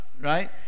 right